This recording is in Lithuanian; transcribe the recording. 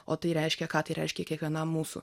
o tai reiškia ką tai reiškia kiekvienam mūsų